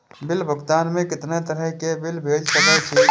Bill भुगतान में कितना तरह के बिल भेज सके छी?